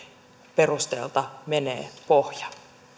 perusteelta menee pohja